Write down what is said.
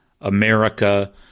America